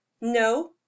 No